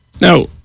Now